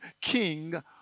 king